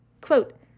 Quote